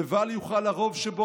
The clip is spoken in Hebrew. לבל יוכל הרוב שבו,